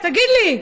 תגיד לי,